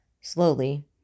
Slowly